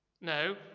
No